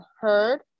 heard